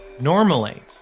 Normally